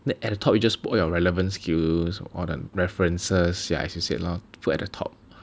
then at the top you just put all your relevant skills all the references ya as your said lor put at the top